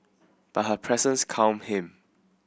but her presence calmed him